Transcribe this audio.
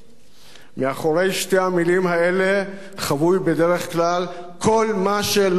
מאחורי שתי המלים האלה חבוי בדרך כלל כל מה שלא יהיה בסדר: